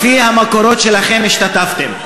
לפי המקורות שלכם השתתפתם.